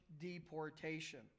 deportation